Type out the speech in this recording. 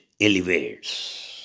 elevates